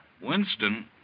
Winston